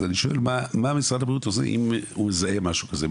אז אני שואל מה משרד הבריאות עושה אם הוא מזהה משהו כזה?